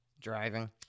driving